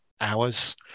hours